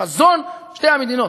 חזון שתי המדינות,